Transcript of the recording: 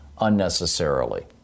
unnecessarily